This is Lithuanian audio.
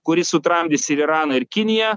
kuri sutramdys ir iraną ir kiniją